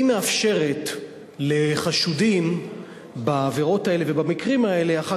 היא מאפשרת לחשודים בעבירות האלה ובמקרים האלה אחר